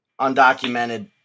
undocumented